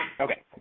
Okay